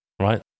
right